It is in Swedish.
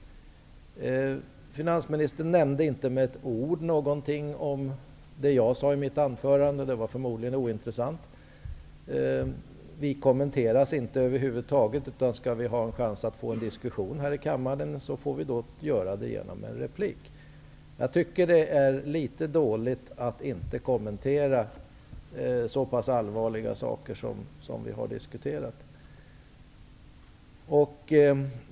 Finansministern nämnde inte med ett ord någonting om det jag sade i mitt anförande. Det var förmodligen ointressant. Vi kommenteras inte över huvud taget. Skall vi ha en chans att få en diskussion här i kammaren får vi göra det genom en replik. Jag tycker att det är litet dåligt att inte kommentera så pass allvarliga saker som vi har diskuterat.